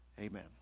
amen